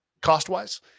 cost-wise